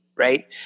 Right